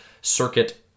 circuit